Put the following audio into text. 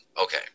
Okay